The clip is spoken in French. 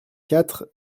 quatre